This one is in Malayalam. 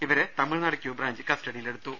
ഇവരെ തമിഴ്നാട് ക്യൂബ്രാഞ്ച് കസ്റ്റഡി യിലെടുത്തു